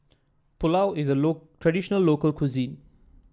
pulao is a traditional local cuisine